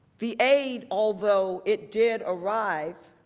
the aid, although it did arrive,